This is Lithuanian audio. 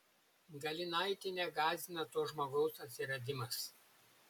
galinaitienę gąsdina to žmogaus atsiradimas